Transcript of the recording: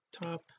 top